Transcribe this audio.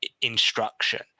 instruction